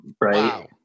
right